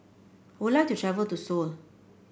I would like to travel to Seoul